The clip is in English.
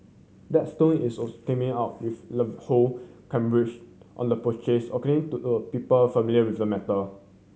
Blackstone is also teaming up with Ivanhoe Cambridge on the purchase according to a people familiar with the matter